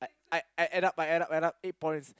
I I add up I add up I add up eight points